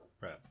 Right